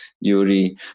Yuri